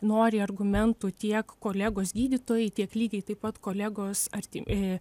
nori argumentų tiek kolegos gydytojai tiek lygiai taip pat kolegos arti i